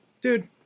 Dude